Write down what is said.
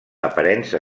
aparença